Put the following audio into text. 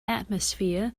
atmosphere